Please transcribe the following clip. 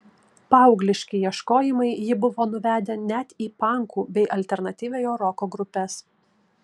paaugliški ieškojimai jį buvo nuvedę net į pankų bei alternatyviojo roko grupes